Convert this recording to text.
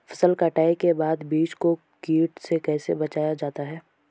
फसल कटाई के बाद बीज को कीट से कैसे बचाया जाता है?